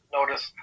notice